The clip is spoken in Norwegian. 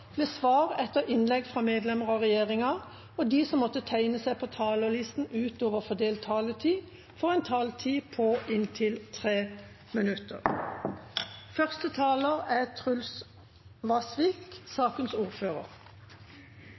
med svar etter innlegg fra medlemmer av regjeringen, og de som måtte tegne seg på talerlisten utover den fordelte taletid, får en taletid på inntil 3 minutter. Jeg beklager at stemmen er